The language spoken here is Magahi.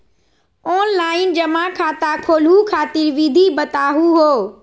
ऑनलाइन जमा खाता खोलहु खातिर विधि बताहु हो?